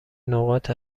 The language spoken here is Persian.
نقاط